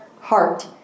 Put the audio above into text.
heart